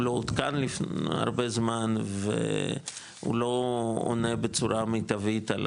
הוא לא עודכן הרבה זמן והוא לא עונה בצורה מיטבית על